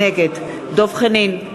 נגד דב חנין,